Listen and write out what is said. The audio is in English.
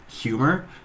humor